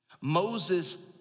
Moses